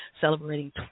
celebrating